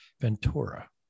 Ventura